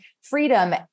freedom